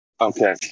Okay